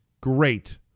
great